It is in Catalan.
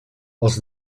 els